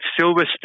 Silverstone